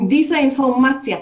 מהדיסאינפורמציה,